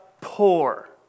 poor